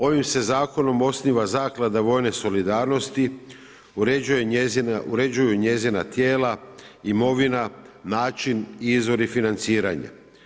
Ovim se zakonom osnivam Zaklada vojne solidarnosti, uređuju njezina tijela, imovina, način i izvori financiranja.